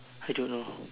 I don't know